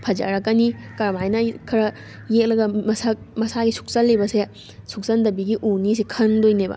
ꯐꯖꯔꯛꯀꯅꯤ ꯀꯔꯝꯃꯥꯏꯅ ꯈꯔ ꯌꯦꯛꯂꯒ ꯃꯁꯛ ꯃꯁꯥꯒꯤ ꯁꯨꯛꯆꯜꯂꯤꯕꯁꯦ ꯁꯨꯛꯆꯟꯗꯕꯤꯒꯤ ꯎꯅꯤꯁꯦ ꯈꯟꯗꯣꯏꯅꯦꯕ